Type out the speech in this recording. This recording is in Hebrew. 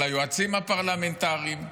על היועצים הפרלמנטריים,